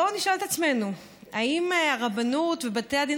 בואו נשאל את עצמנו: האם הרבנות ובתי הדין